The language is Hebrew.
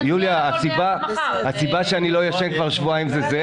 יוליה, הסיבה שאני לא ישן כבר שבועיים היא זה.